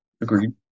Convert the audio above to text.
Agreed